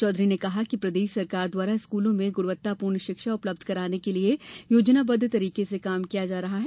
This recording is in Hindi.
चौधरी ने कहा कि प्रदेश सरकार द्वारा स्कूलों में गुणवत्तापूर्ण शिक्षा उपलब्ध कराने के लिए योजनाबद्ध तरीके से काम किया जा रहा है